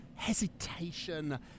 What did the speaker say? hesitation